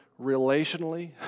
relationally